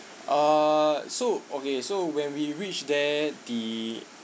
uh so okay so when we reached there the